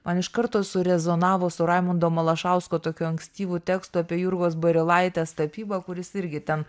man iš karto surezonavo su raimundo malašausko tokiu ankstyvu tekstu apie jurgos barilaitės tapybą kuris irgi ten